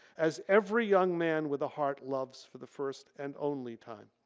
as every young man with a heart loves for the first and only time.